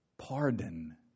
Pardon